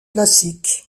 classique